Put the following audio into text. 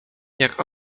jak